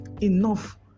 enough